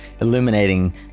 illuminating